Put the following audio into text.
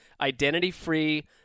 identity-free